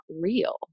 real